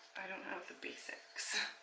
i don't have the basics.